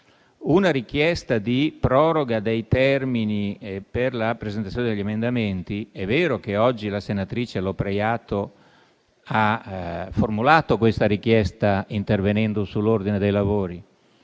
una richiesta di proroga dei termini per la presentazione degli emendamenti. È vero che oggi la senatrice Lopreiato ha formulato questa richiesta intervenendo sull'ordine dei lavori.